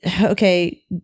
okay